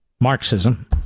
Marxism